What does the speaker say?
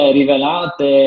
rivelate